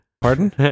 Pardon